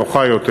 נוחה יותר.